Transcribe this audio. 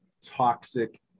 toxic